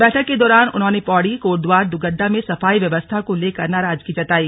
बैठक के दौरान उन्होंने पौड़ी कोटद्वार दुगड्वा में सफाई व्यवस्था को लेकर नाराजगी जताई